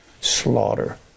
slaughter